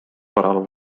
korral